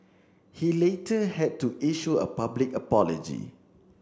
he later had to issue a public apology